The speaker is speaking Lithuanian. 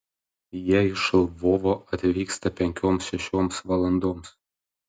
jie iš lvovo atvyksta penkioms šešioms valandoms